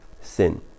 sin